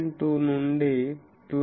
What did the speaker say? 2 నుండి 12